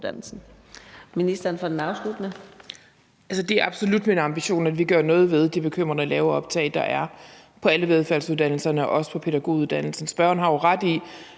det er absolut min ambition, at vi gør noget ved de bekymrende lave optag, der er på alle velfærdsuddannelserne, også på pædagoguddannelsen. Spørgeren har jo ret i,